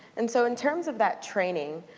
and so, in terms of that training,